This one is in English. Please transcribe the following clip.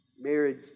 Marriage